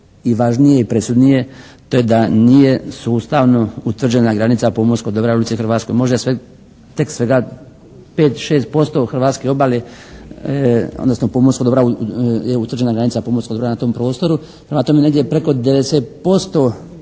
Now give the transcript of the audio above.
i važnije i presudnije to je da nije sustavno utvrđena granica pomorskog dobra u Republici Hrvatskoj. Možda je tek svega 5, 6% hrvatske obale, odnosno pomorskog dobra je utvrđena granica pomorskog dobra na tom prostoru. Prema tome, negdje je preko 90%